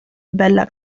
bella